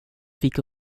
fick